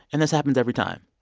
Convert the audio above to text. and this happens every time.